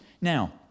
Now